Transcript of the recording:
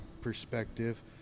perspective